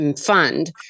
fund